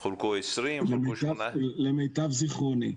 חולקו 20, חולקו 18 -- למיטב זכרוני.